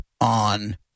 on